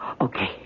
Okay